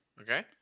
Okay